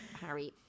Harry